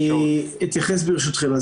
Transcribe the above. אני אתייחס, ברשותכם.